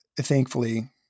thankfully